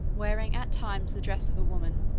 wearing at times the dress of a woman,